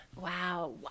Wow